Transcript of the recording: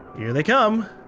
here they come.